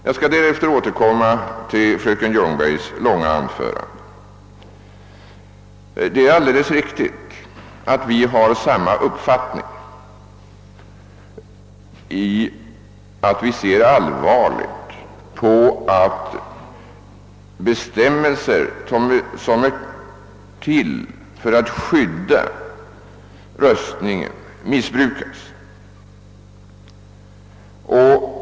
Jag skall därefter återkomma till fröken Ljungbergs långa anförande. Det är alldeles riktigt att vi har samma uppfattning i det att vi ser allvarligt på att bestämmelser, som är till för att skydda röstningen, missbrukas.